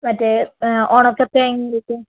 മറ്റേ ഒണക്ക തേങ്ങയ്ക്ക്